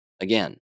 Again